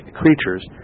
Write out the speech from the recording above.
creatures